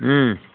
ம்